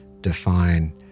define